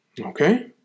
Okay